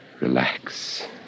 Relax